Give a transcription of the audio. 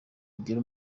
igira